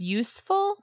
useful